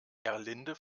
gerlinde